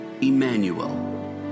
Emmanuel